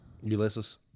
Ulysses